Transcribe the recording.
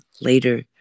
later